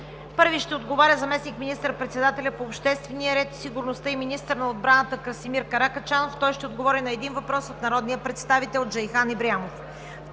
Първи ще отговаря заместник министър-председателят по обществения ред и сигурността и министър на отбраната Красимир Каракачанов. Той ще отговори на един въпрос от народния представител Джейхан Ибрямов.